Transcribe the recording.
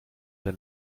der